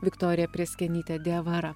viktorija prėskienytė diavara